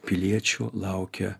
piliečių laukia